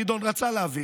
גדעון רצה להעביר,